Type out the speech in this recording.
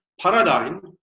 paradigm